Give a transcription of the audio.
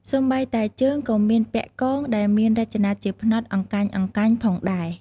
សូម្បីតែជើងក៏មានពាក់កង ដែលមានរចនាជាផ្នត់អង្កាញ់ៗផងដែរ។